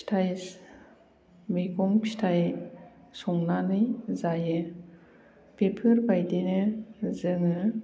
फिथाइ मैगं फिथाइ संनानै जायो बेफोरबायदिनो जोङो